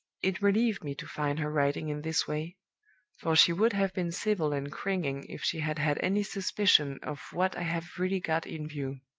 it relieved me to find her writing in this way for she would have been civil and cringing if she had had any suspicion of what i have really got in view.